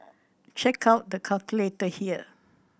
check out the calculator here